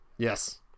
Yes